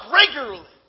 regularly